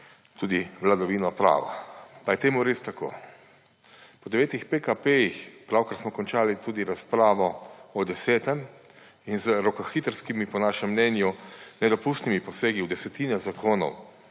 tudi vladavino prava. Pa je temu res tako? V devetih PKP-jih, pravkar smo končali tudi razpravo o desetem in z rokohitrskimi po našem mnenju nedopustnimi posegi v desetine zakonov